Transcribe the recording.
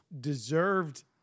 deserved